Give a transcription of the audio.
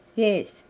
yes,